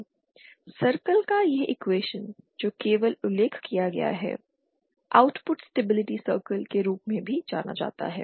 circle का यह equation जो केवल उल्लेख किया गया है आउटपुट स्टेबिलिटी सर्कल के रूप में भी जाना जाता है